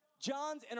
john's